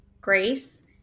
grace